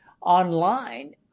Online